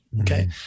Okay